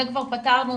זה כבר פתרנו,